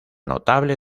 notable